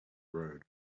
road